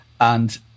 and-